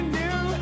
new